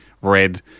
red